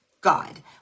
God